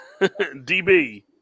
DB